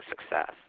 success